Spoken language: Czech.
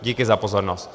Díky za pozornost.